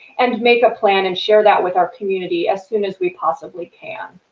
and make a plan and share that with our community as soon as we possibly can.